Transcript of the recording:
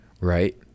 right